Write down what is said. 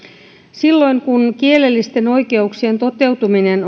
silloin kun kielellisten oikeuksien toteutuminen